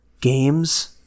games